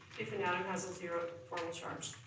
if an atom has a zero formal charge.